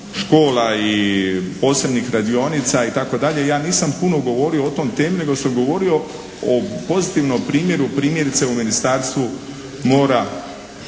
škola i posebnih radionica itd., ja nisam puno govorio o toj temi, nego sam govorio o pozitivnom primjeru primjerice u Ministarstvu mora,